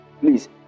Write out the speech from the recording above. please